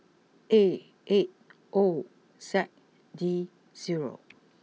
A eight O Z D zero